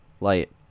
light